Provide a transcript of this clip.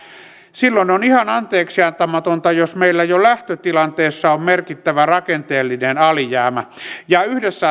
silloin on ihan anteeksiantamatonta jos meillä jo lähtötilanteessa on merkittävä rakenteellinen alijäämä ja yhdessä